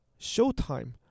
Showtime